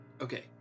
Okay